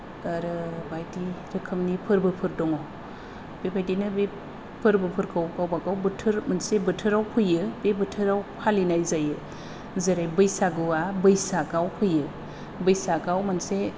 आरो बायदि रोखोमनि फोरबोफोर दङ बेबायदिनो बे फोरबोफोरखौ गावबा गाव बोथोर मोनसे बोथोराव फैयो बे बोथोराव फालिनाय जायो जेरै बैसागुआ बैसागाव फैयो बैसागाव मोनसे